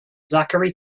zachary